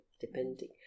depending